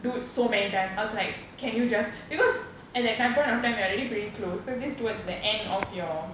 dude so many times I was like can you just because at that time point of time you are already pretty close cause this towards the end of your